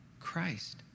Christ